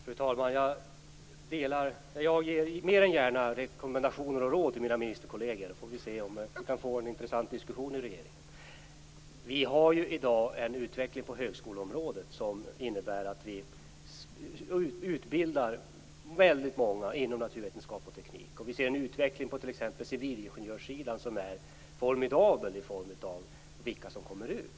Fru talman! Jag ger mer än gärna rekommendationer och råd till mina ministerkolleger, så får vi se om vi kan få en intressant diskussion i regeringen. Vi har ju i dag en utveckling på högskoleområdet som innebär att vi utbildar väldigt många inom naturvetenskap och teknik, och vi ser en utveckling på t.ex. civilingenjörssidan som är formidabel i form av vilka som kommer ut.